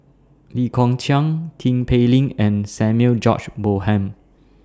Lee Kong Chian Tin Pei Ling and Samuel George Bonham